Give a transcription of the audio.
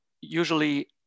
usually